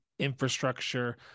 Infrastructure